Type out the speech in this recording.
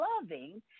loving